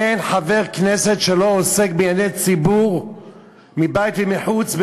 אין חבר כנסת שלא עוסק בענייני ציבור מבית ומחוץ,